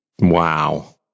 Wow